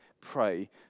pray